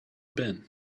ben